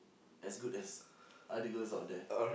as good as other girls out there